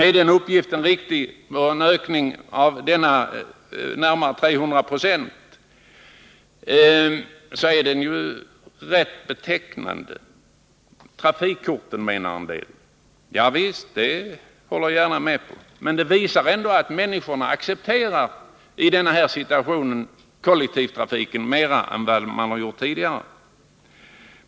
Är den uppgiften riktig, är det en ökning på nära 300 Jo. En del menar att den beror på trafikkorten. Javisst, men det visar att människor i denna situation accepterar kollektivtrafik mer än tidigare.